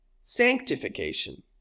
sanctification